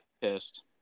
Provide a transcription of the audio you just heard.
pissed